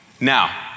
Now